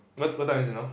what what time is it now